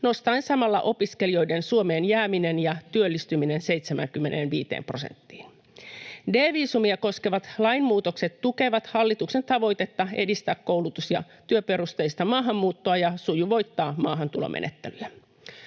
nostaen samalla opiskelijoiden Suomeen jääminen ja työllistyminen 75 prosenttiin. D-viisumia koskevat lainmuutokset tukevat hallituksen tavoitetta edistää koulutus- ja työperusteista maahanmuuttoa ja sujuvoittaa maahantulomenettelyjä.